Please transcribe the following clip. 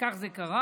כך זה קרה.